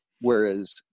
Whereas